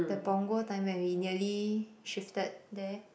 the Punggol time where we nearly shifted there